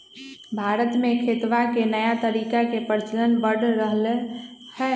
भारत में खेतवा के नया तरीका के प्रचलन बढ़ रहले है